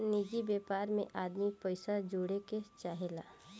निजि व्यापार मे आदमी पइसा जोड़े के चाहेला